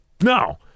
no